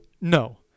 no